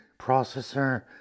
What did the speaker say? processor